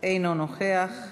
אינו נוכח.